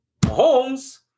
Mahomes –